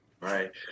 Right